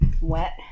wet